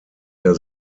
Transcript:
der